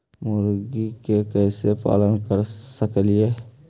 मुर्गि के कैसे पालन कर सकेली?